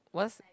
what's